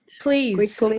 Please